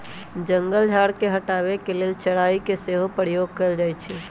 जंगल झार के हटाबे के लेल चराई के सेहो प्रयोग कएल जाइ छइ